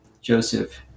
Joseph